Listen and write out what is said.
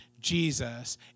Jesus